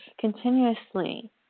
continuously